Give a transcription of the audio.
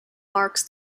marks